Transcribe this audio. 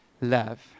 love